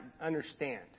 understand